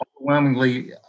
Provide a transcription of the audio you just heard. overwhelmingly